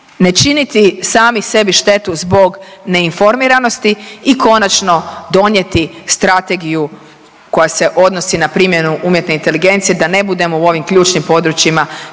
ne činiti sami sebi štetu zbog neinformiranosti i konačno donijeti strategiju koja se odnosi na primjenu umjetne inteligencije da ne budemo u ovim ključnim područjima